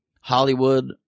Hollywood